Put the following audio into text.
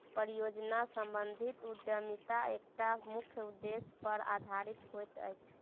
परियोजना सम्बंधित उद्यमिता एकटा मुख्य उदेश्य पर आधारित होइत अछि